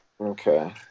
Okay